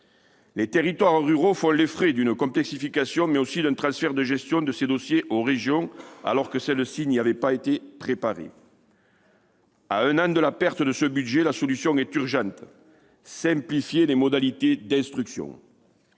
Les territoires ruraux font les frais d'une complexification, mais aussi d'un transfert de gestion de ces dossiers aux régions, alors que celles-ci n'y avaient pas été préparées. À un an de la perte de ce budget, la solution est urgente : simplifier les modalités d'instruction.